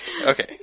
okay